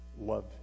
love